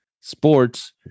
sports